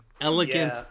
elegant